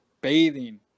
bathing